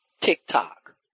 TikTok